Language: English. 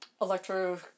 electro